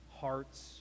hearts